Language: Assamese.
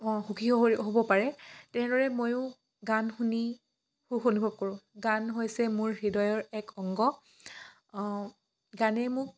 অঁ সুখী হ'ব পাৰে তেনেদৰে ময়ো গান শুনি সুখ অনুভৱ কৰোঁ গান হৈছে মোৰ হৃদয়ৰ এক অংগ গানে মোক